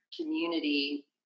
community